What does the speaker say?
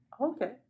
Okay